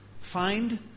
Find